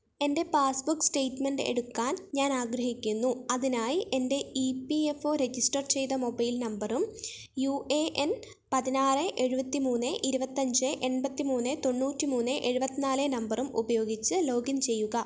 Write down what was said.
എൻ്റെ passbook statement എടുക്കാൻ ഞാൻ ആഗ്രഹിക്കുന്നു അതിനായി എൻ്റെ E P F O register ചെയ്ത മൊബൈൽ നമ്പറും യു എ എൻ പതിനാറ് എഴുപത്തിമൂന്ന് ഇരുപത്തിഅഞ്ച് എൺപത്തിമൂന്ന് തൊണ്ണൂറ്റിമൂന്ന് എഴുപത്തിനാല് നമ്പറും ഉപയോഗിച്ച് ലോഗിൻ ചെയ്യുക